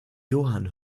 johann